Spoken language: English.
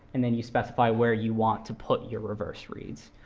and then you specify where you want to put your reverse reads.